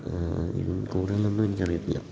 ഇതിൽ കൂടുതലൊന്നും എനിക്കറിയത്തില്ല